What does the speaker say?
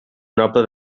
noble